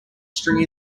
string